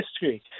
history